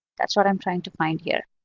that's what i'm trying to find here.